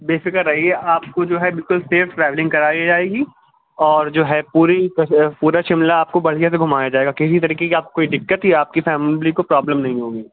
بے فکر رہیے آپ کو جو ہے بالکل سیف ٹراویلنگ کرائی جائے گی اور جو ہے پوری پورا شملہ آپ کو بڑھیا سے گھمایا جائے گا کسی طریقے کی آپ کو کوئی دقت یا آپ کی فیملی کو پرابلم نہیں ہوگی